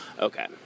Okay